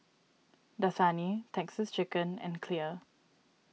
Dasani Texas Chicken and Clear